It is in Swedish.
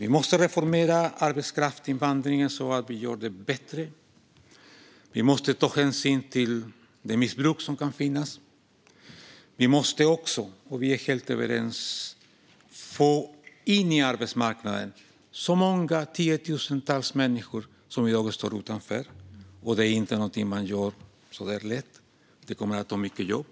Vi måste reformera arbetskraftsinvandringen så att vi gör den bättre och ta hänsyn till det missbruk som kan finnas. Vi måste också - och där är ledamoten och jag helt överens - få in de tiotusentals människor som i dag står utanför den på arbetsmarknaden. Det är inte lätt gjort. Det kommer att krävas mycket jobb.